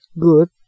good